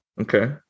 okay